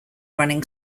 running